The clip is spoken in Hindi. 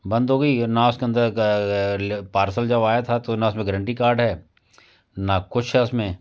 बंद हो गई ना उसके अन्दर पार्सल जब आया था तो ना उस में गारंटी कार्ड है ना कुछ है उस में